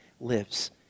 lives